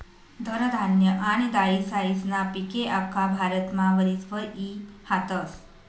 धनधान्य आनी दायीसायीस्ना पिके आख्खा भारतमा वरीसभर ई हातस